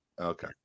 Okay